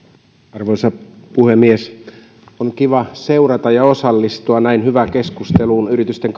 arvoisa puhemies on kiva seurata ja osallistua näin hyvään keskusteluun yritysten